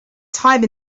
time